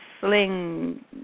sling